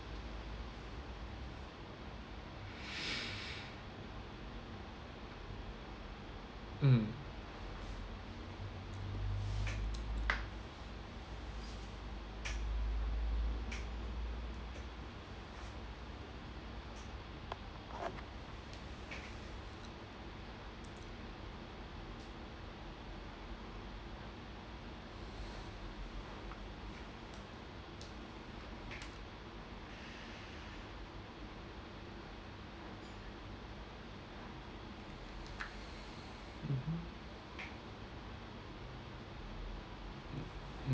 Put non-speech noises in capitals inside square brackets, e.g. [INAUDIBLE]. [BREATH] mm